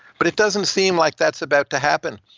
but it doesn't seem like that's about to happen.